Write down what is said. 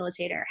facilitator